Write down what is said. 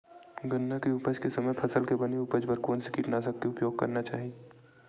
गन्ना के उपज के समय फसल के बने उपज बर कोन से कीटनाशक के उपयोग करना चाहि?